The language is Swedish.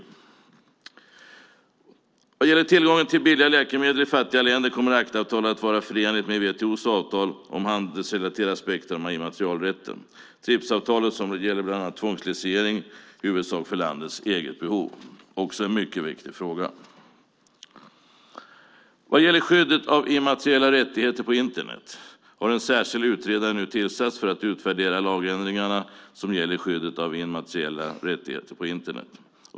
När det gäller tillgången till billiga läkemedel i fattiga länder kommer ACTA-avtalet att vara förenligt med WTO:s avtal om handelsrelaterade aspekter inom immaterialrätten. TRIPS-avtalet gäller bland annat tvångslicensiering, i huvudsak för landets egna behov. Det är också en mycket viktig fråga. En särskild utredare har nu tillsatts för att utvärdera de lagändringar som gäller skyddet av immateriella rättigheter på Internet.